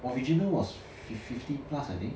original was fifty plus I think